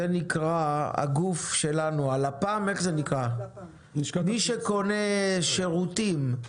את הגוף שלנו, הלפ"ם, מי שקונה שירותים.